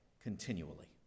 continually